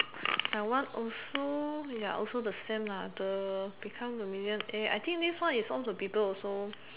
my one also ya also the same lah the become the median A I think this one is sound to people also